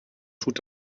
tut